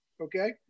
Okay